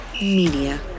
Media